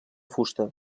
fusta